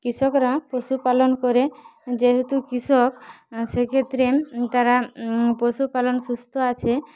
কৃষকরা পশুপালন করে যেহেতু কৃষক সেক্ষেত্রে তারা পশুপালন সুস্থ আছে